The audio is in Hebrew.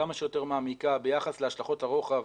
כמה שיותר מעמיקה ביחס להשלכות הרוחב